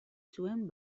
zuen